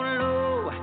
low